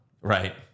Right